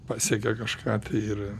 pasiekia kažką ir